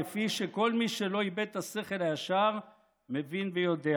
כפי שכל מי שלא איבד את השכל הישר מבין ויודע.